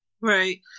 Right